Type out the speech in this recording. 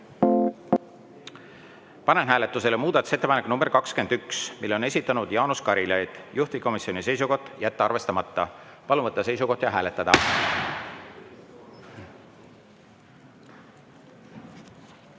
Aitäh! Panen hääletusele muudatusettepaneku nr 21, mille on esitanud Jaanus Karilaid, juhtivkomisjoni seisukoht: jätta arvestamata. Palun võtta seisukoht ja hääletada!